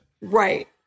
right